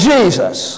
Jesus